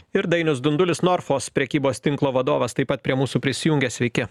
ir dainius dundulis norfos prekybos tinklo vadovas taip pat prie mūsų prisijungė sveiki